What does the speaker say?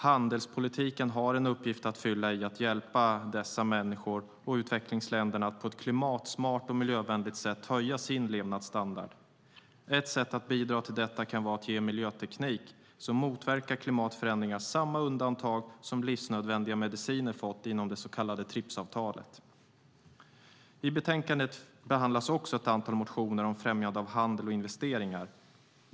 Handelspolitiken har en uppgift att fylla i att hjälpa dessa människor och utvecklingsländerna att på ett klimatsmart och miljövänligt sätt höja sin levnadsstandard. Ett sätt att bidra till detta är att ge miljöteknik som motverkar klimatförändringar samma undantag som livsnödvändiga mediciner fått inom det så kallade TRIPS-avtalet. I betänkandet behandlas också ett antal motioner om främjande av handel och investeringar.